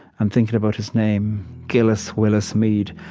and thinking about his name, gillis willis mead.